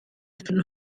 finden